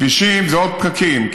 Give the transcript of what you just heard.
כבישים זה עוד פקקים,